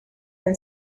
been